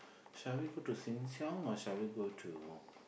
shall we go to Sheng-Shiong or shall we go to